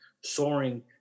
soaring